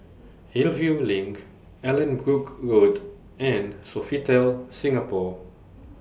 Hillview LINK Allanbrooke Road and Sofitel Singapore